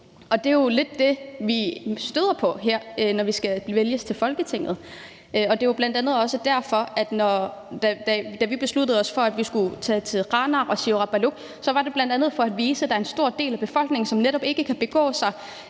Det er jo lidt det, vi støder på her, når vi skal vælges til Folketinget. Det er bl.a. også derfor, at det, da vi besluttede os for, at vi skulle tage til Qaanaaq og Siorapaluk, bl.a. var for at vise, at der er en stor del af befolkningen, som netop ikke kan begå sig